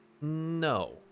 no